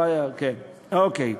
אוקיי.